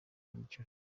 byiciro